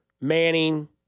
Manning